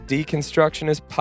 Deconstructionist